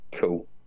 Cool